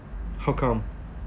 how come